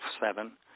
seven